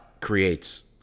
creates